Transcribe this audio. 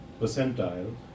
percentile